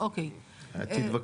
אתה מדבר